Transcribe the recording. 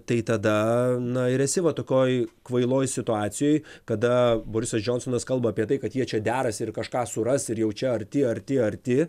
tai tada na ir esi va tokioj kvailoj situacijoj kada borisas džonsonas kalba apie tai kad jie čia derasi ir kažką suras ir jau čia arti arti arti